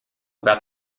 about